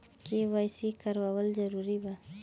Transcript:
KYC करवावल जरूरी बा?